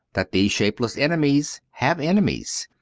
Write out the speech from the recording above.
that these shapeless enemies have enemies,